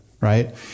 right